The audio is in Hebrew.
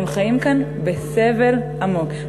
והם חיים כאן בסבל עמוק.